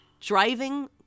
Driving